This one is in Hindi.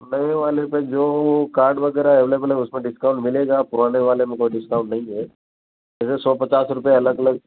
नए वाले पर जो वह कार्ड वगैरह अवेलेबल है उसमें डिस्काउन्ट मिलेगा पुराने वाले में कोई डिस्काउन्ट नहीं है ऐसे सौ पचास रुपया अलग अलग